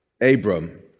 Abram